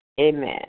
Amen